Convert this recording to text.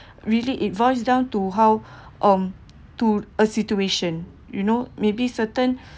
really it boils down to how um to a situation you know maybe certain